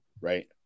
Right